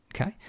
okay